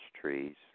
trees